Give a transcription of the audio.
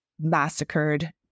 massacred